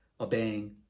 obeying